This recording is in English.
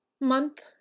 month